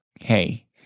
Hey